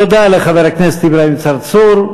תודה לחבר הכנסת אברהים צרצור.